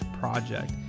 project